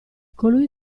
colui